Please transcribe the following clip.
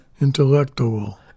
Intellectual